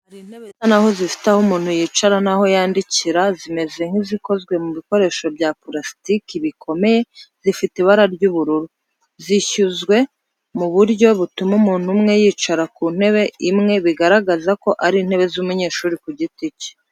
Hari intebe zisa n’aho zifite aho umuntu yicara n’aho yandikira zimeze nk’izakozwe mu bikoresho bya purasitiki bikomeye zifite ibara ry’ubururu. Zishyizwe mu buryo butuma umuntu umwe yicara ku ntebe imwe bigaragaza ko ari intebe z’umunyeshuri ku giti cye.